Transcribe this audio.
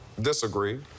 disagree